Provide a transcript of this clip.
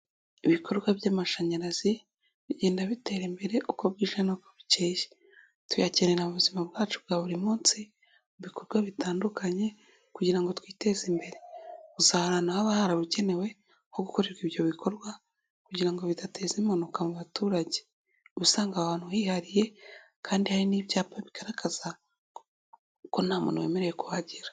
Ibikorwa by'amashanyarazi bigenda bitera imbere uko bwije n'uko bukeye, tuyakenera ubuzima bwacu bwa buri munsi, mu bikorwa bitandukanye kugira ngo twiteze imbere gusa hari ahantu haba harabugenewe ho gukorerwa ibyo bikorwa, kugira ngo bidateza impanuka mu baturage. Uba usanga aho hantu hihariye kandi hari n'ibyapa bigaragaza ko ko nta muntu wemerewe kuhagera.